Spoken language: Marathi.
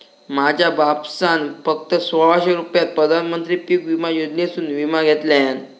माझ्या बापसान फक्त सोळाशे रुपयात प्रधानमंत्री पीक विमा योजनेसून विमा घेतल्यान